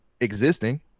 existing